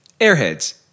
Airheads